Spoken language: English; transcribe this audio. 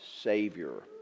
Savior